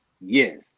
yes